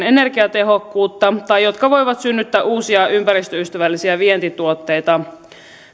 energiatehokkuutta tai jotka voivat synnyttää uusia ympäristöystävällisiä vientituotteita